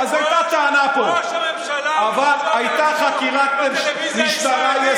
ראש הממשלה בכבודו ובעצמו אמר בטלוויזיה הישראלית,